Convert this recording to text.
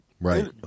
Right